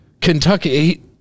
Kentucky